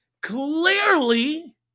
clearly